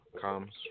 comes